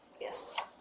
Yes